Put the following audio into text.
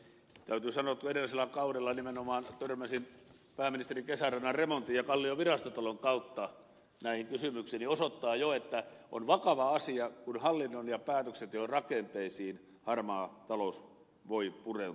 täytyy sanoa että kun edellisellä kaudella nimenomaan törmäsin pääministerin kesärannan remontin ja kallion virastotalon kautta näihin kysymyksiin niin osoittaa jo että on vakava asia kun hallinnon ja päätöksenteon rakenteisiin harmaa talous voi pureutua